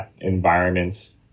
environment's